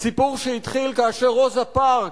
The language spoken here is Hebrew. סיפור שהתחיל כאשר רוזה פארקס,